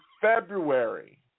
February